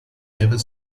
never